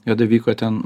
nidoj vyko ten